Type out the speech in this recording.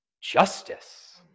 Justice